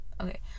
Okay